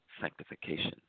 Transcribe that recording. sanctification